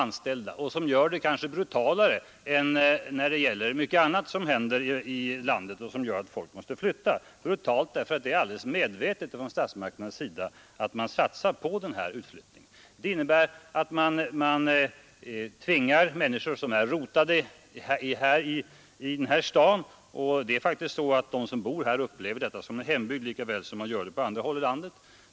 anställda — och gör det kanske brutalare än mycket annat som händer i landet och som medför att folk måste flytta. Det är brutalt därför att statsmakterna helt medvetet satsar på utflyttningen. Det innebär att man tvingar människor att flytta som är rotade i den här staden. De som bor här upplever sin hembygd lika mycket som de människor gör som bor på andra håll i landet.